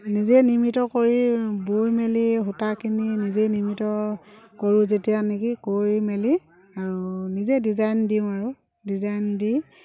নিজে নিৰ্মিত কৰি বৈ মেলি সূতা কিনি নিজে নিৰ্মিত কৰোঁ যেতিয়া নেকি কৰি মেলি আৰু নিজে ডিজাইন দিওঁ আৰু ডিজাইন দি